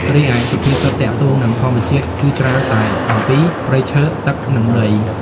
រីឯសុភាសិតទាក់ទងនឹងធម្មជាតិ គឺច្រើនតែអំពី ព្រៃឈើ ទឹក និង ដី។